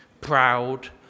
proud